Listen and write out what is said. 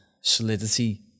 solidity